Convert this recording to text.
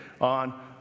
on